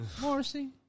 Morrissey